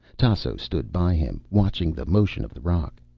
tasso stood by him, watching the motion of the rock.